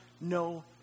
no